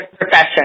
profession